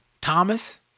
Thomas